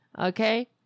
Okay